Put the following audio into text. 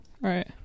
right